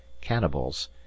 cannibals